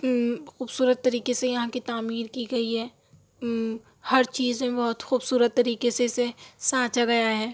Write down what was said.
خوبصورت طریقے سے یہاں کی تعمیر کی گئی ہے ہر چیز میں بہت خوبصورت طریقے سے اسے سانچہ گیا ہے